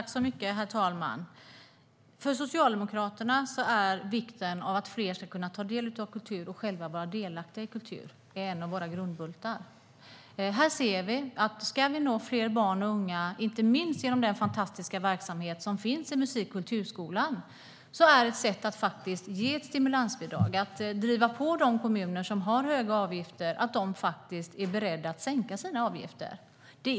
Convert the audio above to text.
Herr talman! För Socialdemokraterna är vikten av att fler ska kunna ta del av kultur och själva vara delaktiga i kultur en av våra grundbultar. Här ser vi att om vi ska nå fler barn och unga, inte minst genom den fantastiska verksamhet som finns i musik och kulturskolan, är ett sätt att ge ett stimulansbidrag, att driva på de kommuner som har höga avgifter att sänka sina avgifter.